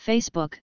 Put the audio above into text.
Facebook